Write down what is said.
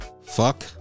fuck